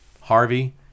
Harvey